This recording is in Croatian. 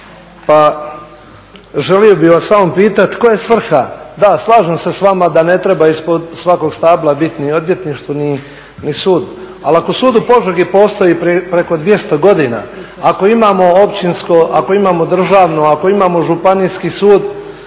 pa želio bih vas samo pitati koja je svrha. Da slažem se s vama da ne treba ispod svakog stabla biti ni odvjetništvo ni sud, ali ako Sud u Požegi postoji preko 200 godina, ako imamo državno, općinsko, ako imamo županijski sud,